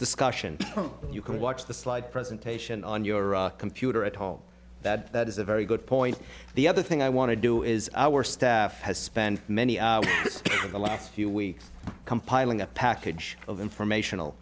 discussion you can watch the slide presentation on your computer at home that is a very good point the other thing i want to do is our staff has spent many hours of the last few weeks compiling a package of informational